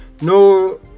no